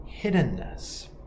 hiddenness